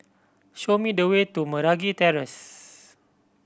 show me the way to Meragi Terrace